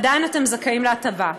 אתם זכאים להטבה.